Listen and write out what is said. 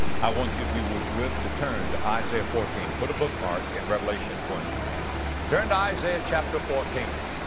i want you, if you would, would, to turn to isaiah fourteen. put a bookmark in revelation twenty and turn to isaiah chapter fourteen.